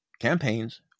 campaigns